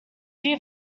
few